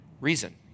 reason